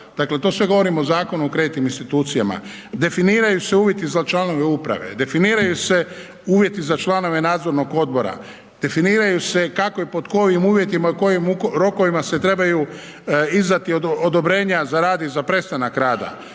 dakle to sve govorim o Zakonu o kreditnim institucijama. Definiraju se uvjeti za članove uprave, definiraju se uvjeti za članove nadzornog odbora, definiraju se kako i pod kojim uvjetima i u kojim rokovima se trebaju izdati odobrenja za rad i za prestanak rada.